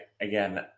again